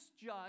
judge